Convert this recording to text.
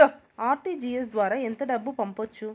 RTGS ద్వారా ఎంత డబ్బు పంపొచ్చు?